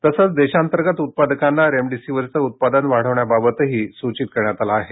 तसंच देशांतर्गत उत्पादकांना रेमडिसीवीरचं उत्पादन वाढवण्याबाबतही सुचित करण्यात आलं आहे